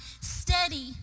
steady